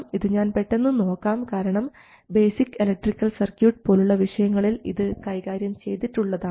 ഇത് ഞാൻ പെട്ടെന്ന് നോക്കാം കാരണം ബേസിക് ഇലക്ട്രിക്കൽ സർക്യൂട്ട് പോലുള്ള വിഷയങ്ങളിൽ ഇത് കൈകാര്യം ചെയ്തിട്ടുള്ളതാണ്